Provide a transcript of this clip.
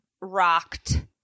rocked